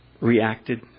reacted